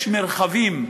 יש מרחבים,